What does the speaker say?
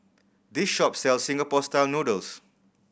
this shop sells Singapore Style Noodles